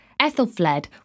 Ethelfled